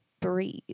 Breathe